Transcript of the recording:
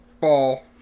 ball